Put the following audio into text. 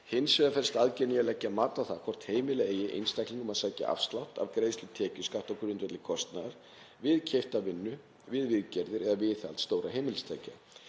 Hins vegar felst aðgerðin í að leggja mat á það hvort heimila eigi einstaklingum að sækja afslátt af greiðslu tekjuskatts á grundvelli kostnaðar við keypta vinnu við viðgerðir eða viðhald stórra heimilistækja.